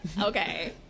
Okay